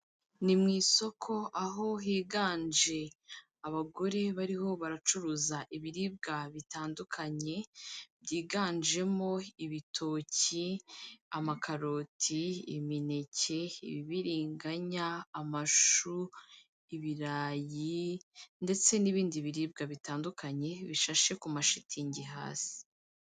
Ni mu isoko aho higanje abagore bariho baracuruza ibiribwa bitandukanye, byiganjemo ibitoki, amakaroti, imineke, ibibiriganya, amashu, ibirayi ndetse n'ibindi biribwa bitandukanye bishashe ku mashitingi hasi.